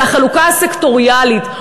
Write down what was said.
זה החלוקה הסקטוריאלית.